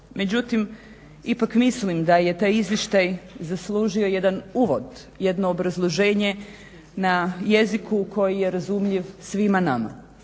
Međutim ipak mislim da je taj izvještaj zaslužio jedan uvod, jedno obrazloženje na jeziku koji je razumljiv svima nama.